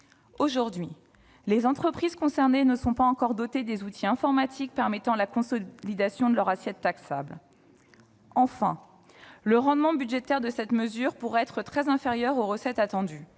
Aujourd'hui, les entreprises concernées ne sont pas encore dotées des outils informatiques permettant la consolidation de leur assiette taxable. Enfin, le rendement budgétaire de cette mesure pourrait être très inférieur aux recettes attendues.